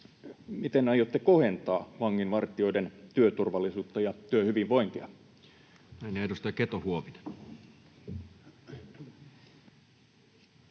miten aiotte kohentaa vanginvartijoiden työturvallisuutta ja työhyvinvointia? Näin. — Ja edustaja Keto-Huovinen.